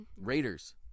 Raiders